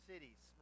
cities